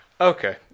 Okay